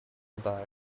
bar